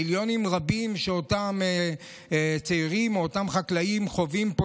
מיליונים רבים של הפסדים שאותם צעירים או אותם חקלאים חווים פה,